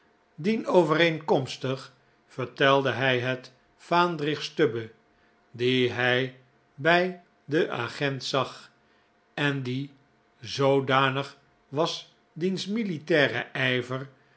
dienovereenkomstig vertelde hij het vaandrig stubble dien hij bij den agent zag en die zoodanig was diens militaire ijver